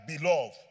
beloved